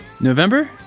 November